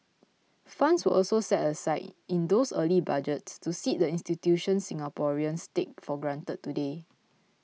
funds were also set aside in those early budgets to seed the institutions Singaporeans take for granted today